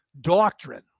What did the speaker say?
doctrine